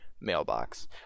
mailbox